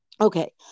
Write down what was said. Okay